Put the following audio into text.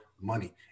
money